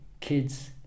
Kids